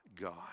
God